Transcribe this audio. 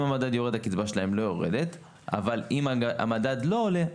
אם המדד שלהם יורד הקצבה שלהם לא יורדת) אבל אם המדד לא עולה,